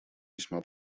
весьма